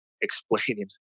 explaining